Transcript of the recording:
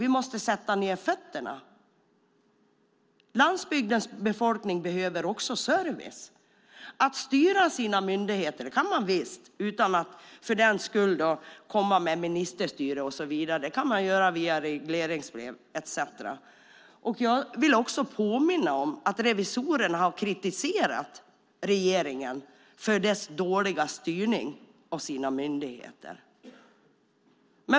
Vi måste sätta ned fötterna. Landsbygdens befolkning behöver också service. Att styra sina myndigheter kan man visst göra utan att för den skull bedriva ministerstyre och så vidare. Det kan man göra genom regleringsbrev etcetera. Jag vill också påminna om att revisorerna har kritiserat regeringen för dess dåliga styrning av sina myndigheter.